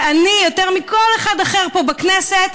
שאני סובלת מהן יותר מכל אחד אחר פה בכנסת,